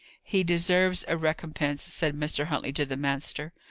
he deserves a recompense, said mr. huntley to the master.